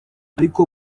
arko